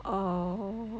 oh